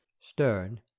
Stern